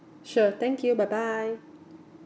sure thank you bye bye